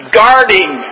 guarding